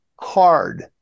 hard